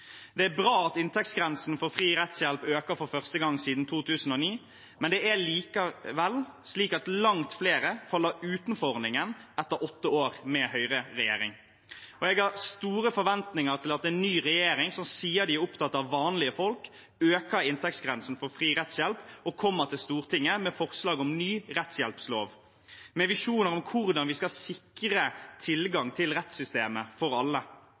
Det er bra at inntektsgrensen på fri rettshjelp øker for første gang siden 2009, men det er likevel slik at langt flere faller utenfor ordningen etter åtte år med høyreregjering. Jeg har store forventninger til at en ny regjering som sier de er opptatt av vanlige folk, øker inntektsgrensen for fri rettshjelp og kommer til Stortinget med forslag om ny fri rettshjelp-lov med visjoner om hvordan vi skal sikre tilgang til rettssystemet for alle.